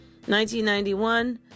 1991